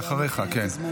היא אחריך, כן.